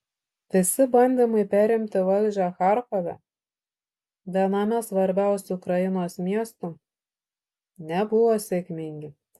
visi bandymai perimti valdžią charkove viename svarbiausių ukrainos miestų nebuvo sėkmingi